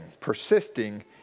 persisting